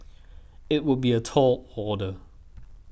it would be a tall order